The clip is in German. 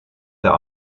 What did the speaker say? der